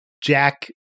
Jack